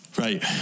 Right